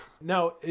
Now